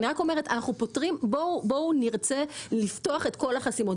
אני רק אומרת בואו נרצה לפתוח את כל החסימות.